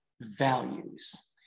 values